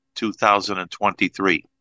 2023